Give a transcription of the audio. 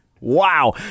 wow